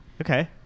Okay